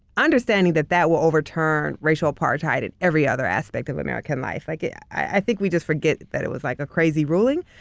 understanding that that will overturn racial apartheid in every other aspect of american life. like yeah i think we just forget that it was like a crazy ruling,